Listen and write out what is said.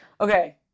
Okay